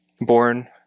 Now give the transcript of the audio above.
Born